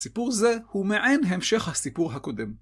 סיפור זה הוא מעין המשך הסיפור הקודם.